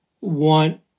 want